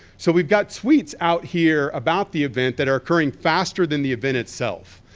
so we've got tweets out here about the event that are occurring faster than the event itself.